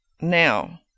now